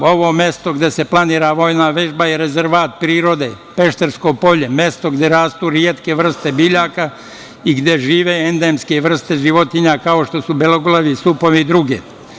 Ovo mesto gde se planira vojna vežba je rezervat prirode, Peštersko polje, mesto gde rastu retke vrste biljaka i gde žive endemske vrste životinja, kao što su beloglavi supovi i druge.